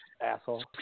Asshole